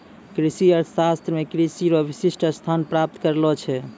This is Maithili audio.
कृषि अर्थशास्त्र मे कृषि रो विशिष्ट स्थान प्राप्त करलो छै